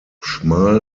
schmal